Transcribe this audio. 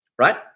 right